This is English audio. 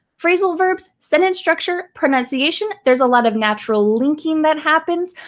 phrasal verbs, sentence structure, pronunciation. there's a lot of natural linking that happens,